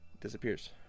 disappears